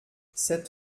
sept